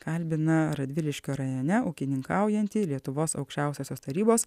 kalbina radviliškio rajone ūkininkaujantį lietuvos aukščiausiosios tarybos